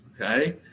okay